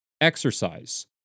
Exercise